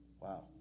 Wow